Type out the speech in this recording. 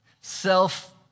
self